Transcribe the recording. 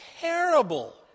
terrible